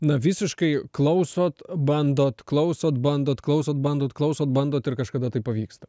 na visiškai klausot bandot klausot bandot klausot bandot klausot bandot ir kažkada tai pavyksta